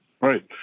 right